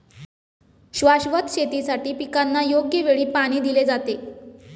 शाश्वत शेतीसाठी पिकांना योग्य वेळी पाणी दिले जाते